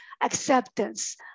acceptance